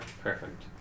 Perfect